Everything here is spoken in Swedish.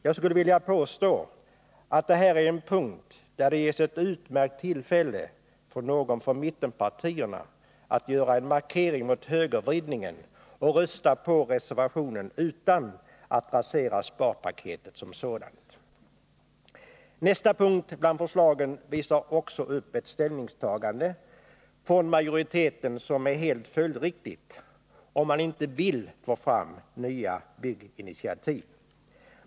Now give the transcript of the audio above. Jag skulle vilja påstå att det här är en punkt där det ges ett utmärkt tillfälle för någon från mittenpartierna att göra en markering mot högervridningen och rösta på reservationen utan att rasera sparpaketet som sådant. Nästa punkt bland förslagen visar också upp ett ställningstagande från majoriteten som är helt följdriktigt om man inte vill få fram nya bygginitiativ.